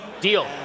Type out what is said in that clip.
Deal